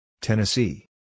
Tennessee